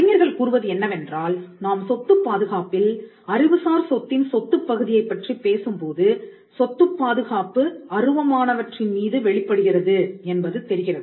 அறிஞர்கள் கூறுவது என்னவென்றால் நாம் சொத்துப் பாதுகாப்பில் அறிவுசார் சொத்தின் சொத்துப் பகுதியைப் பற்றிப் பேசும்போது சொத்துப் பாதுகாப்பு அருவமானற்றின்மீது வெளிப்படுகிறது என்பது தெரிகிறது